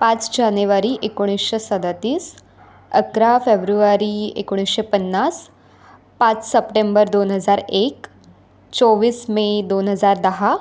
पाच जानेवारी एकोणीसशे सदतीस अकरा फेब्रुवारी एकोणीसशे पन्नास पाच सप्टेंबर दोन हजार एक चोवीस मे दोन हजार दहा